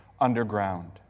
underground